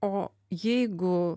o jeigu